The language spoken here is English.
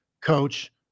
coach